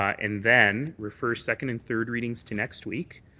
and then refer second and third readings to next week.